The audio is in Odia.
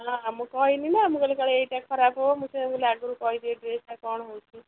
ନା ମୁଁ କହିନି ନା ମୁଁ କହିଲି କାଳେ ଏଇଟା ଖରାପ ହେବ ମୁଁ ସେୟା କଲି ଆଗରୁ କହିଦିଏ ଡ୍ରେସ୍ଟା କ'ଣ ହେଉଛି